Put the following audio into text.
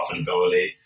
profitability